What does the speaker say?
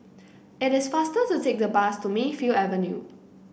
it is faster to take the bus to Mayfield Avenue